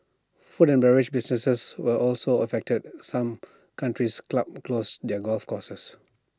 food and beverage businesses were also affected some country's clubs closed their golf courses